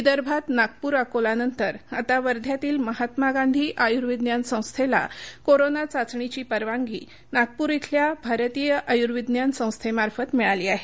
विदर्भात नागपूर अकोलानतर आता वध्यातील महात्मा गांधी आयुर्विज्ञान संस्थेला कोरोना चाचणीची परवानगी नागपूर येथील भारतीय आयुर्विज्ञान संस्थेमार्फत मिळाली आहे